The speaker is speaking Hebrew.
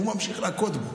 הוא ממשיך להכות בו.